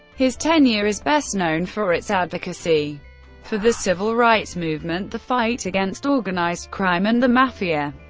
his tenure is best known for its advocacy for the civil rights movement, the fight against organized crime and the mafia,